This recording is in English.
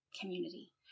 community